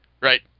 Right